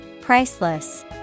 Priceless